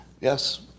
Yes